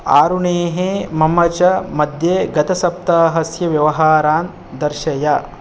आरुणेः मम च मध्ये गतसप्ताहस्य व्यवहारान् दर्शय